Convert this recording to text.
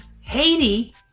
Haiti